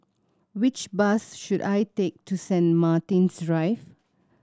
which bus should I take to Saint Martin's Drive